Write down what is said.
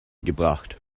gebracht